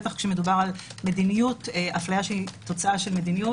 בטח כשמדובר על הפליה שהיא תוצאה של מדיניות.